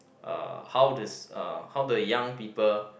uh how the uh how the young people